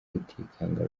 rutikanga